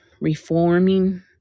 reforming